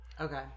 Okay